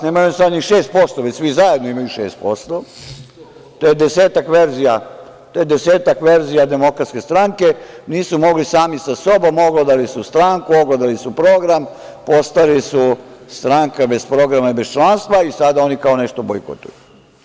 Nemaju sad ni 6%, već svi zajedno imaju 6%, to je desetak verzija DS, nisu mogli sami sa sobom, oglodali su stranku, oglodali su program, postali su stranka bez programa i bez članstva i sad oni kao nešto bojkotuju.